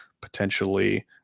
potentially